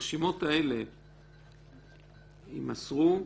הרשימות האלה יימסרו.